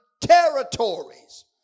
territories